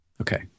Okay